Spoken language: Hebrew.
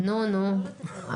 נו, נו.